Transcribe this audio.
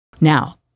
Now